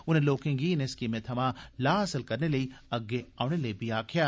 उनें लोकें गी इनें स्कीमें थमां लाह हासल करने लेई अग्गे औने लेई बी आक्खेया